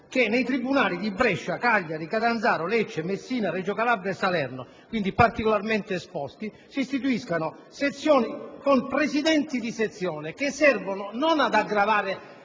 che nei tribunali di Brescia, Cagliari, Catanzaro, Lecce, Messina, Reggio Calabria e Salerno, particolarmente esposti, si istituiscano sezioni dirette da presidenti di sezione, che servono non ad aggravare